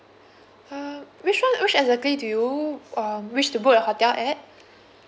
uh which one which exactly do you uh wish to book your hotel at